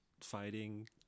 fighting